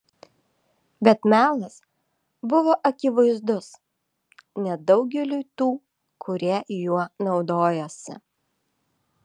bet melas buvo akivaizdus net daugeliui tų kurie juo naudojosi